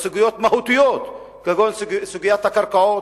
בסוגיות מהותיות, כגון סוגיית הקרקעות,